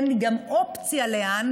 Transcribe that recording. אין לי גם אופציה לאן.